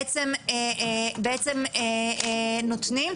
בעצם נותנים,